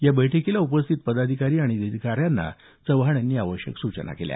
या बैठकीस उपस्थित पदाधिकारी आणि अधिकाऱ्यांना चव्हाण यांनी आवश्यक सूचना केल्या